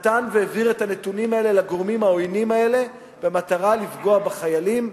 נתן והעביר את הנתונים האלה לגורמים העוינים האלה במטרה לפגוע בחיילים.